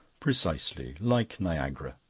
precisely. like niagara.